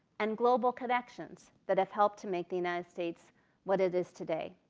and global connections that have helped to make the united states what it is today.